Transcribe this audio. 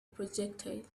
projectile